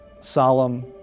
solemn